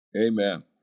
Amen